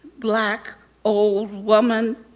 black old woman.